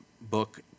book